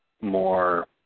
more